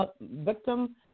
victim